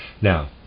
Now